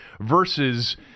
versus